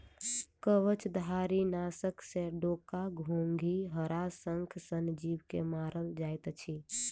कवचधारीनाशक सॅ डोका, घोंघी, हराशंख सन जीव के मारल जाइत अछि